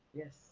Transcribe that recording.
yes